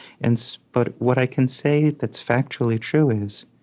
and so but what i can say that's factually true is,